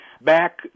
back